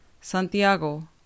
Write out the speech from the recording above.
Santiago